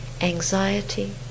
anxiety